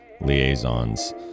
liaisons